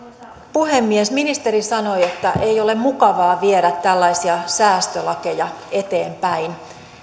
puhemies ministeri sanoi että ei ole mukavaa viedä tällaisia säästölakeja eteenpäin